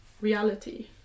reality